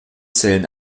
zählen